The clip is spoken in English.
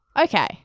okay